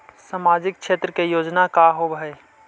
सामाजिक क्षेत्र के योजना का होव हइ?